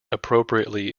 appropriately